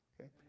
okay